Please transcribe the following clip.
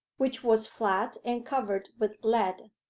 which was flat and covered with lead.